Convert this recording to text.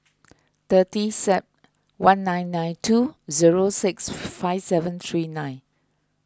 thirty Sep one nine nine two zero six five seven three nine